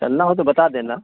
चलना हो तो बता देना